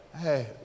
Hey